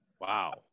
Wow